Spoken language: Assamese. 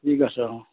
ঠিক আছে অঁ